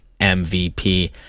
MVP